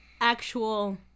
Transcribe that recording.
actual